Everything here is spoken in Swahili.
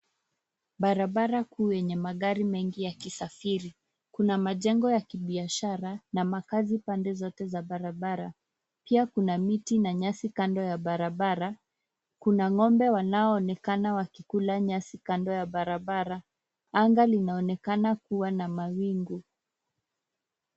Barabara kuu yenye magari mengi yakisafiri. Kuna majengo ya kibiashara na makazi pande zote za barabara. Pia kuna miti na nyasi kando ya barabara. Kuna ng'ombe wanaoonekana wakikula nyasi kando ya barabara. Anga linaonekana kuwa na mawingu.